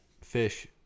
fish